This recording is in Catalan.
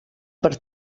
per